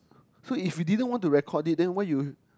so if we didn't want to record it then why you